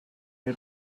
you